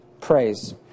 praise